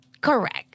Correct